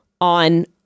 On